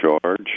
charge